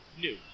new